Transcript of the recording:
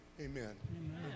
Amen